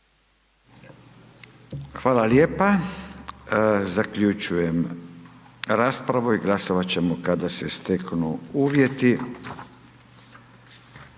Hvala lijepa. Zaključujem raspravu i glasovat ćemo kada se steknu uvjeti.